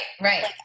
right